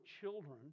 children